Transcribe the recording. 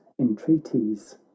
entreaties